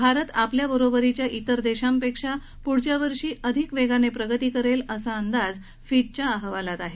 भारत आपल्या बरोबरीच्या इतर देशांपेक्षा पुढच्या वर्षी अधिक वेगाने प्रगती करेल असा अंदाज फिचच्या अहवालात आहे